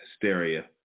Hysteria